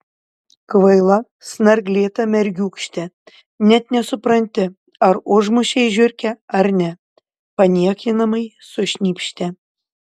kvaila snarglėta mergiūkšte net nesupranti ar užmušei žiurkę ar ne paniekinamai sušnypštė